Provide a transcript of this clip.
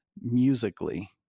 musically